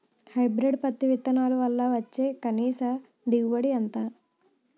Hybrid పత్తి విత్తనాలు వల్ల వచ్చే కనీస దిగుబడి ఎంత?